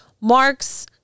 Mark's